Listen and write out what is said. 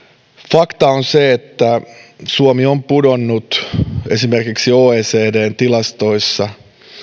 fakta on se että suomi on pudonnut esimerkiksi oecdn tilastoissa